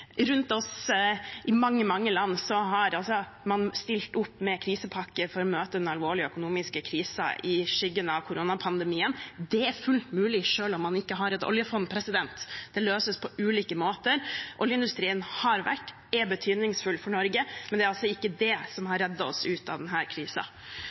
Rundt oss i mange land har man stilt opp med krisepakker for å møte den alvorlige økonomiske krisen i skyggen av koronapandemien. Det er fullt mulig selv om man ikke har et oljefond. Det løses på ulike måter. Oljeindustrien har vært og er betydningsfull for Norge, men det er altså ikke det som har